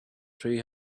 three